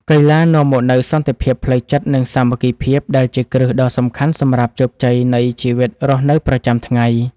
កីឡានាំមកនូវសន្តិភាពផ្លូវចិត្តនិងសាមគ្គីភាពដែលជាគ្រឹះដ៏សំខាន់សម្រាប់ជោគជ័យនៃជីវិតរស់នៅប្រចាំថ្ងៃ។